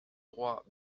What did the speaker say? droit